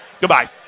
Goodbye